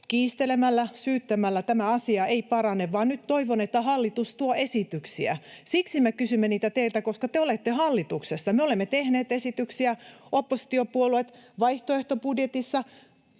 kiistelemällä ja syyttämällä tämä asia ei parane, ja nyt toivon, että hallitus tuo esityksiä. Siksi me kysymme niitä teiltä, koska te olette hallituksessa. Me oppositiopuolueet olemme tehneet esityksiä vaihtoehtobudjetissa,